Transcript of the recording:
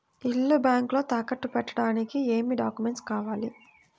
ఇల్లు బ్యాంకులో తాకట్టు పెట్టడానికి ఏమి డాక్యూమెంట్స్ కావాలి?